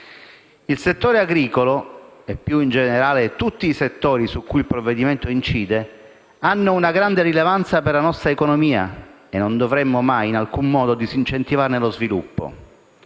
Il settore agricolo e, più in generale, tutti i settori su cui il provvedimento incide, hanno una grande rilevanza per la nostra economia e non dovremmo mai, in alcun modo, disincentivarne lo sviluppo.